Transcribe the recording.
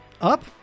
Up